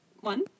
one